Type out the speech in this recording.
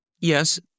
Yes